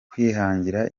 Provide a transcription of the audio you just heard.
kwihangira